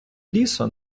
лісу